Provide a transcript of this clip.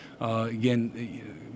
Again